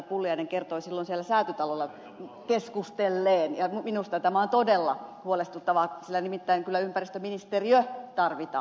pulliainen kertoi silloin siellä säätytalolla keskustellun ja minusta tämä on todella huolestuttavaa sillä nimittäin kyllä ympäristöministeriö tarvitaan